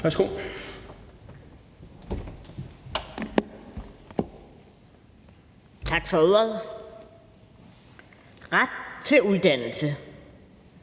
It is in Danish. (RV): Tak for ordet. Ret til uddannelse,